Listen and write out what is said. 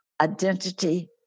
identity